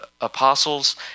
apostles